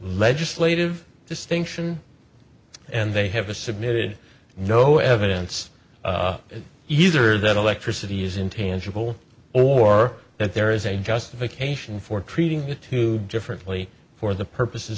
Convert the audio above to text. legislative distinction and they have a submitted no evidence either that a lecture city is intangible or that there is a justification for treating it too differently for the purposes